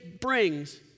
brings